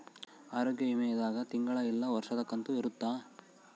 ಆರೋಗ್ಯ ವಿಮೆ ದಾಗ ತಿಂಗಳ ಇಲ್ಲ ವರ್ಷದ ಕಂತು ಇರುತ್ತ